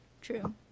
True